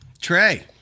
Trey